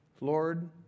Lord